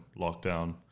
lockdown